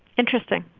interesting.